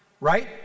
right